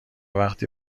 وقتی